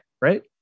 right